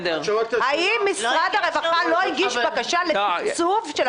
האם משרד הרווחה לא הגיש בקשה לתקצוב?